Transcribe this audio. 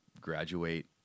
graduate